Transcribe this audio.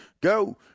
go